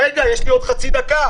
רגע, יש לי עוד חצי דקה.